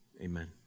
Amen